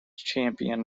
champion